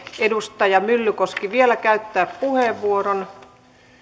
edustaja myllykoski vielä käyttää puheenvuoron